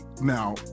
now